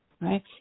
Right